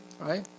right